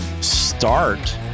start